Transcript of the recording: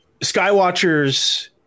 skywatchers